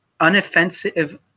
unoffensive